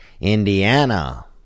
Indiana